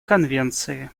конвенции